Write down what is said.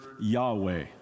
Yahweh